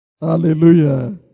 Hallelujah